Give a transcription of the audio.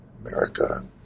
America